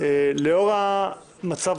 לאור המצב